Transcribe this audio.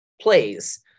plays